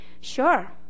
Sure